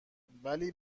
ولی